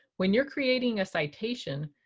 when you're creating a citation,